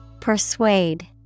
Persuade